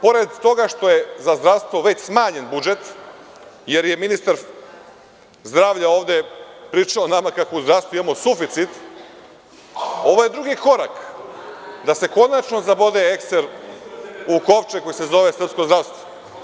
Pored toga što je za zdravstvo već smanjen budžet jer je ministar zdravlja ovde pričao nama kako u zdravstvu imamo suficit, ovo je drugi korak da se konačno zabode ekser u kovčeg koji se zove srpsko zdravstvo.